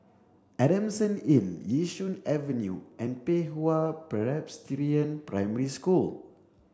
Adamson Inn Yishun Avenue and Pei Hwa Presbyterian Primary School